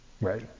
Right